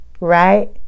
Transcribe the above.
right